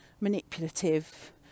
manipulative